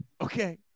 Okay